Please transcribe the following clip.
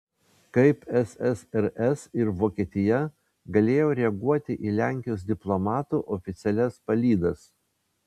kaip ssrs ir vokietija galėjo reaguoti į lenkijos diplomatų oficialias palydas